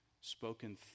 spoken